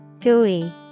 Gooey